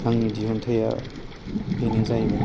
आंनि दिहुनथाया बेनो जाहैबाय